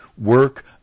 work